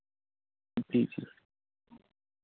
जी जी